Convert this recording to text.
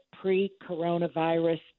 pre-coronavirus